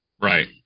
Right